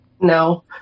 No